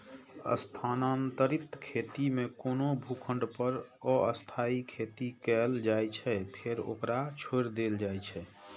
स्थानांतरित खेती मे कोनो भूखंड पर अस्थायी खेती कैल जाइ छै, फेर ओकरा छोड़ि देल जाइ छै